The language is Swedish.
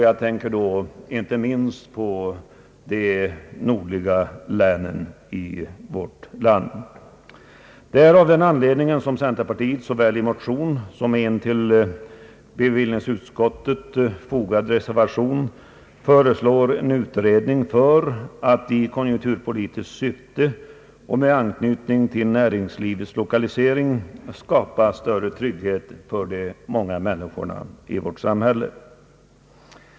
Jag tänker då inte minst på de nordliga länen i vårt land. Det är av den anledningen som centerpartiet såväl i motionen som i en till bevillningsutskottets betänkande fogad reservation föreslagit en utredning för att i konjunkturpolitiskt syfte och med anknytning till näringslivets lokalisering skapa större trygghet för de många människorna.